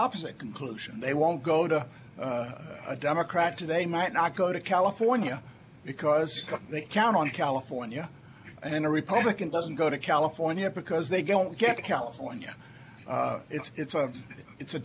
opposite conclusion they won't go to a democrat today might not go to california because they count on california and a republican doesn't go to california because they don't get to california it's a it's a